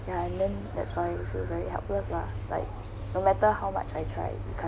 ya and then that's how you feel very helpless lah like no matter how much I tried it become